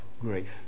grief